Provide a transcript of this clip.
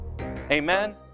Amen